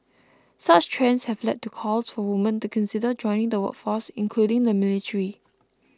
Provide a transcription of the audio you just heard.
such trends have led to calls for women to consider joining the workforce including the military